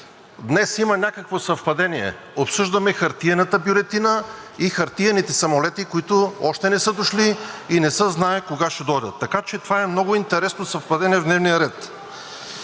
Днес има някакво съвпадение – обсъждаме хартиената бюлетина и хартиените самолети, които още не са дошли и не се знае кога ще дойдат, така че това е много интересно съвпадение в дневния ред.